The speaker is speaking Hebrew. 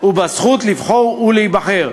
ובזכות לבחור ולהיבחר,